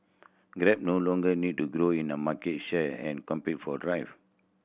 grab no longer needs to grow in a market share and compete for driver